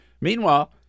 Meanwhile